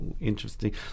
interesting